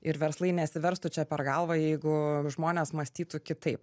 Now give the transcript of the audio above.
ir verslai nesiverstų čia per galvą jeigu žmonės mąstytų kitaip